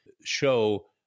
show